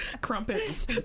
Crumpets